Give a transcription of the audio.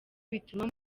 bituma